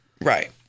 Right